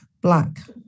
black